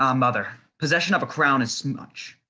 um mother, possession of a crown is much,